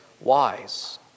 wise